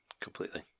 completely